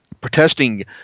protesting